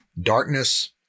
darkness